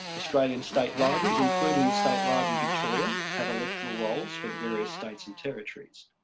australian state libraries, including the state library victoria, have electoral rolls for the various states and territories.